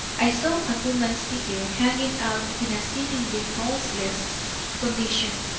i saw a woman's figure hanging out in a seemingly pulseless condition.